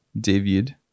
David